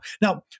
Now